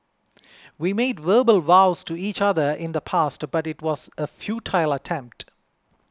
we made verbal vows to each other in the past but it was a futile attempt